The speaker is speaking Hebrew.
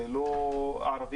זה לא ערבים-יהודים,